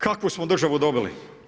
Kakvu smo državu dobili?